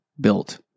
built